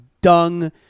dung